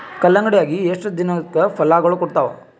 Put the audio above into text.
ಕಲ್ಲಂಗಡಿ ಅಗಿ ಎಷ್ಟ ದಿನಕ ಫಲಾಗೋಳ ಕೊಡತಾವ?